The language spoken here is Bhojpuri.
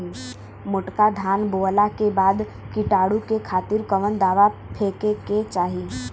मोटका धान बोवला के बाद कीटाणु के खातिर कवन दावा फेके के चाही?